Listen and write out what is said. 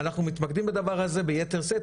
אנחנו מתמקדים בדבר הזה ביתר שאת,